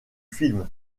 film